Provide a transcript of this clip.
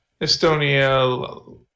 Estonia